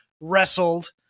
wrestled